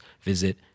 visit